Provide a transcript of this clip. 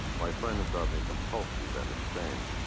my friends thought me compulsive and insane,